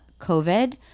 COVID